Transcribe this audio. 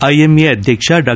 IMA ಅಧ್ಯಕ್ಷ ಡಾ